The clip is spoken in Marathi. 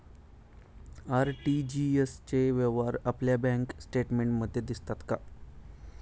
आर.टी.जी.एस चे व्यवहार आपल्या बँक स्टेटमेंटमध्ये दिसतात का?